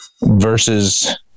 versus